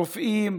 רופאים.